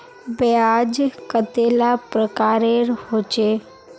ब्याज कतेला प्रकारेर होचे?